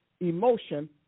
emotion